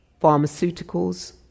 pharmaceuticals